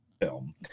film